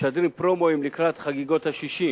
משדרים פרומואים לקראת חגיגות ה-60,